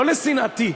לא לשנאתי,